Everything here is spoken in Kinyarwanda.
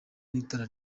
n’itara